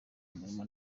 umurimo